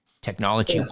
technology